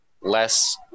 less